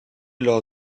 lors